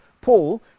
Paul